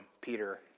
Peter